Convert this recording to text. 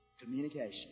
Communication